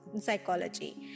psychology